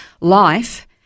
life